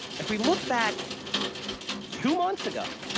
if we look back two months ago,